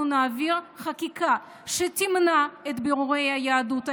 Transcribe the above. נעביר חקיקה שתמנע את בירורי יהדות האלה,